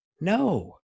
No